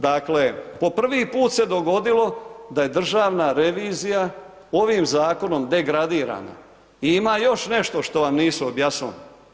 Dakle, po prvi put se je dogodilo da je Državna revizija, ovim zakonom degradirana i ima još nešto što vam nisu objasnili.